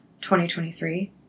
2023